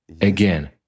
Again